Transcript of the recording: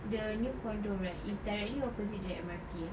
the new condo right is directly opposite the M_R_T